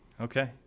Okay